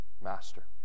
master